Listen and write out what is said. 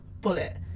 bullet